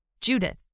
Judith